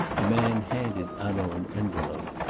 the man handed hanaud an envelope.